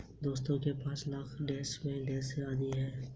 दोस्त ने पांच लाख़ में अपनी कंपनी की आधी इक्विटी बेंच दी